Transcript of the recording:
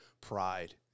pride